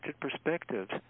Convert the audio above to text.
perspectives